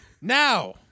Now